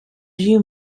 you